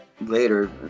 later